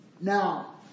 Now